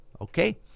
Okay